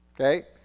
Okay